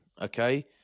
Okay